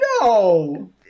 No